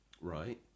Right